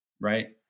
right